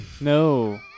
No